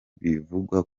bivugwa